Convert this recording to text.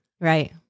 Right